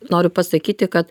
noriu pasakyti kad